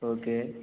okay